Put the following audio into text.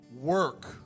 work